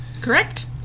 Correct